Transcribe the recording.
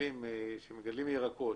שמגדלים ירקות,